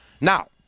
Now